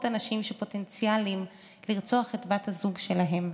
אנשים שפוטנציאליים לרצוח את בת הזוג שלהם,